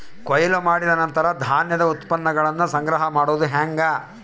ಕೊಯ್ಲು ಮಾಡಿದ ನಂತರ ಧಾನ್ಯದ ಉತ್ಪನ್ನಗಳನ್ನ ಸಂಗ್ರಹ ಮಾಡೋದು ಹೆಂಗ?